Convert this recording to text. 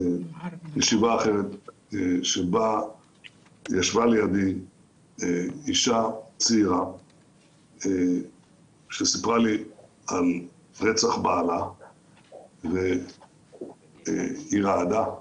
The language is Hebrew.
ישיבה אחרת שבה ישבה לידי אישה צעירה שסיפרה לי על רצח בעלה והיא רעדה.